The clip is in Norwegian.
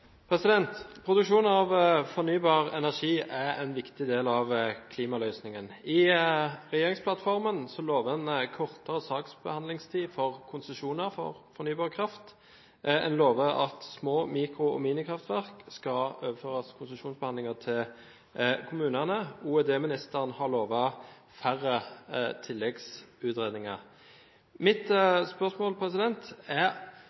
Produksjon av fornybar energi er en viktig del av klimaløsningen. I regjeringsplattformen lover man kortere saksbehandlingstid for konsesjoner for fornybar kraft, og en lover at konsesjonsbehandling for små-, mikro- og minikraftverk skal overføres til kommunene. Olje- og energiministeren har lovet færre tilleggsutredninger. Mitt spørsmål er: